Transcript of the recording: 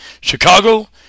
Chicago